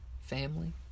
family